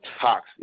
toxic